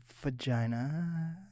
Vagina